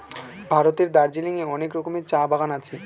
ভারতের দার্জিলিং এ অনেক রকমের চা বাগান আছে